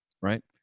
right